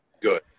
Good